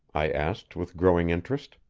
i asked with growing interest.